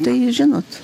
tai žinot